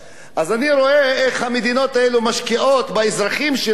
אז אני רואה איך המדינות האלה משקיעות באזרחים שלהן,